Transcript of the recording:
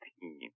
team